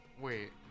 wait